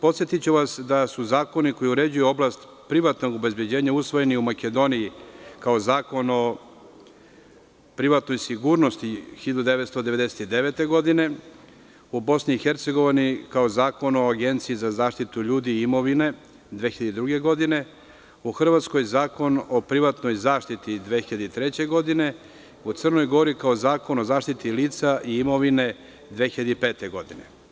Podsetiću vas, da su zakoni koji uređuju oblast privatnog obezbeđenja usvojeni u Makedoniji kao Zakon o privatnoj sigurnosti 1999. godine, u BiH kao Zakon o agenciji za zaštitu ljudi imovine 2002. godine, u Hrvatskoj Zakon o privatnoj zaštiti 2003. godine, u Crnoj Gori kao Zakon o zaštiti lica i imovine 2005. godine.